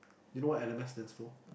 you know what L_M_S stands for